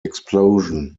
explosion